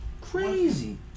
Crazy